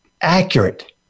accurate